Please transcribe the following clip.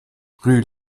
rue